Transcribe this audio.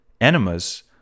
enemas